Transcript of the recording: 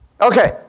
Okay